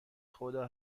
خدا